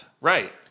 right